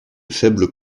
faibles